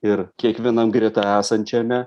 ir kiekvienam greta esančiame